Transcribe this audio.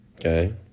Okay